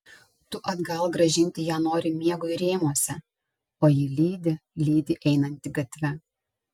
tu atgal grąžinti ją nori miegui rėmuose o ji lydi lydi einantį gatve